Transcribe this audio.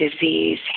disease